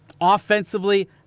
Offensively